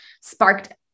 sparked